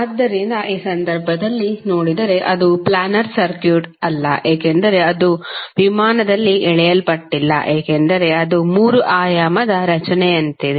ಆದ್ದರಿಂದ ಈ ಸಂದರ್ಭದಲ್ಲಿ ನೋಡಿದರೆ ಅದು ಪ್ಲ್ಯಾನರ್ ಸರ್ಕ್ಯೂಟ್ ಅಲ್ಲ ಏಕೆಂದರೆ ಅದು ವಿಮಾನದಲ್ಲಿ ಎಳೆಯಲ್ಪಟ್ಟಿಲ್ಲ ಏಕೆಂದರೆ ಅದು ಮೂರು ಆಯಾಮದ ರಚನೆಯಂತಿದೆ